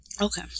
Okay